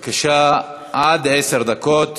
בבקשה, עד עשר דקות.